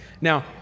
Now